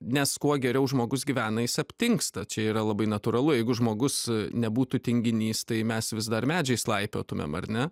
nes kuo geriau žmogus gyvena jis aptingsta čia yra labai natūralu jeigu žmogus nebūtų tinginys tai mes vis dar medžiais laipiotumėm ar ne